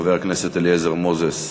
חבר הכנסת אליעזר מוזס,